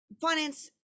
Finance